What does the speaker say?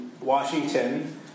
Washington